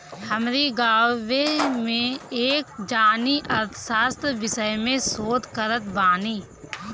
हमरी गांवे में एक जानी अर्थशास्त्र विषय में शोध करत बाने